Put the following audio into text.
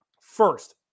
First